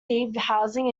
housing